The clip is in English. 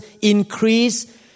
increase